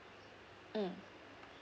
mm